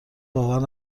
باور